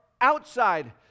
outside